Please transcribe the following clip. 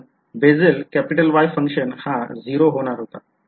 कारण Bessel Y Function हा 0 होणार होता